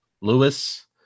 Lewis